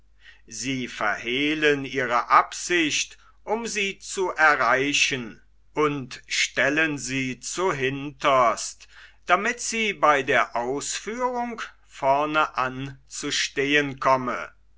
sie verhehlen ihre absicht um sie zu erreichen und stellen sie zu hinterst damit sie bei der ausführung vorne zu stehn komme